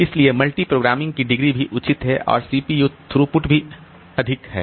इसलिए मल्टीप्रोग्रामिंग की डिग्री भी उचित है और सीपीयू थ्रूपुट भी अधिक है